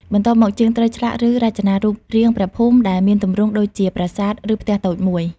បន្ទាប់មក ជាងត្រូវឆ្លាក់ឬរចនារូបរាងព្រះភូមិដែលមានទម្រង់ដូចជា ប្រាសាទ ឬផ្ទះតូចមួយ។